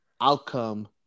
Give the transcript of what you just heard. outcome